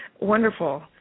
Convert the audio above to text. Wonderful